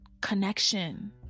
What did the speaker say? Connection